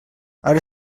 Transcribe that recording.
ara